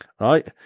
Right